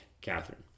Catherine